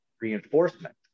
reinforcement